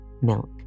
milk